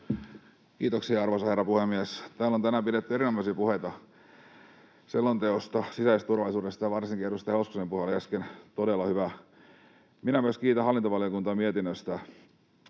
Kiitoksia, arvoisa herra puhemies! Täällä on tänään pidetty erinomaisia puheita selonteosta sisäisestä turvallisuudesta, ja varsinkin edustaja Hoskosen puhe äsken oli todella hyvä. Minä myös kiitän hallintovaliokuntaa mietinnöstä.